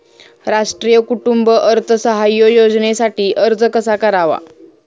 राष्ट्रीय कुटुंब अर्थसहाय्य योजनेसाठी अर्ज कसा करावा?